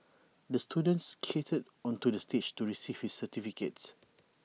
the student skated onto the stage to receive his certificate